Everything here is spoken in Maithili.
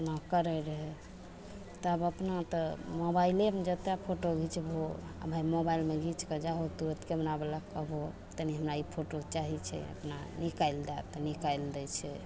अपना करै रहै तब अपना तऽ मोबाइलेमे जतेक फोटो घिचबहो आओर भाइ मोबाइलमे घिचिके जाहो तुरन्त कैमरावलाके कहबहो तनि हमरा ई फोटो चाही छै अपना निकालि दे तऽ निकालि दै छै